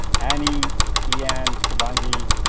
any yeah and chew bangui,